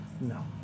No